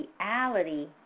reality